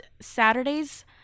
saturday's